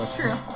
true